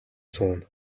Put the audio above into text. сууна